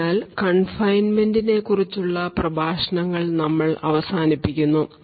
അതിനാൽ കൺഫൈൻമെന്റിനെ കുറിച്ചുള്ള പ്രഭാഷണങ്ങൾ നമ്മൾ അവസാനിപ്പിക്കുന്നു